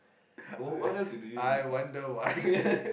I I wonder why